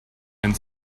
and